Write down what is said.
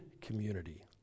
community